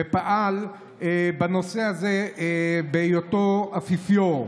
ופעל בנושא הזה בהיותו אפיפיור.